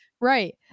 Right